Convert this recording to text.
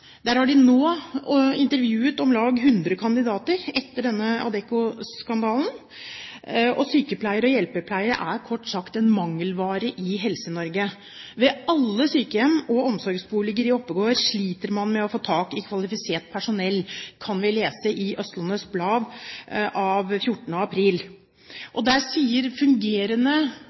der har de nå intervjuet om lag 100 kandidater etter Adecco-skandalen. Sykepleiere og hjelpepleiere er kort sagt mangelvare i Helse-Norge. Ved alle sykehjem og omsorgsboliger i Oppegård sliter man med å få tak i kvalifisert personell, kan vi lese i Østlandets blad 14. april i år. «Vi snakker om en regelrett tørke og